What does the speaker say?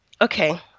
Okay